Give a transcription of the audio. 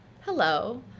hello